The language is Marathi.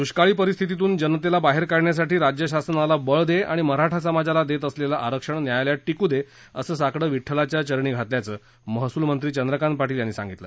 दृष्काळी परिस्थितीतून जनतेला बाहेर काढण्यासाठी राज्य शासनाला बळ दे आणि मराठा समाजाला देत असलेलं आरक्षण न्यायालयात टिकू दे असं साकडं विठ्ठलाच्या चरणी घातल्याचं महसूल मंत्री चंद्रकांत पाटील यांनी सांगितलं